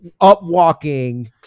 up-walking